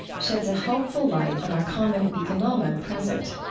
sheds a helpful light on our common economic present.